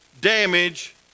damage